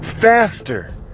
faster